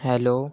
hello